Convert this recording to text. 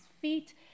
feet